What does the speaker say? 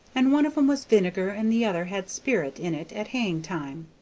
and one of em was vinegar and the other had sperrit in it at haying-time.